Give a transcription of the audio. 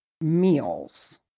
meals